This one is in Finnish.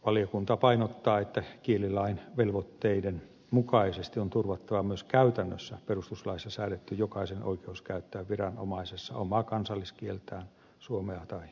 valiokunta painottaa että kielilain velvoitteiden mukaisesti on turvattava myös käytännössä perustuslaissa sää detty jokaisen oikeus käyttää viranomaisessa omaa kansalliskieltään suomea tai ruotsia